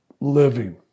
living